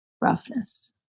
roughness